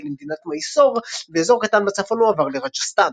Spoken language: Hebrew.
למדינת מייסור ואזור קטן בצפון הועבר לראג'סטן.